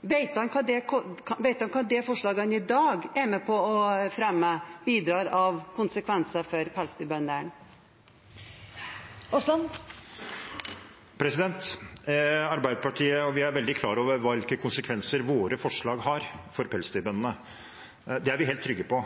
Vet de hva forslagene som de i dag er med på å fremme, bidrar til av konsekvenser for pelsdyrbøndene? Arbeiderpartiet er veldig klar over hvilke konsekvenser våre forslag har for pelsdyrbøndene. Det er vi helt trygge på.